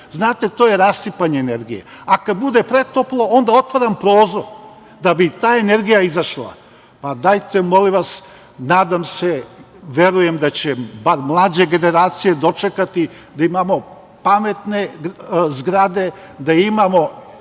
Znate, to je rasipanje energije, a kada bude pretoplo, onda otvaram prozor da bi ta energija izašla. Pa dajte molim vas, nadam se, verujem da će bar mlađe generacije dočekati da imamo pametne zgrade, da imamo